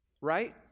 right